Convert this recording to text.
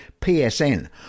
PSN